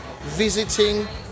visiting